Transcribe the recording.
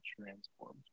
transformed